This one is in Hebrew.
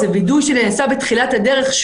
זה וידוא שנעשה בתחילת הדרך,